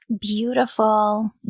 beautiful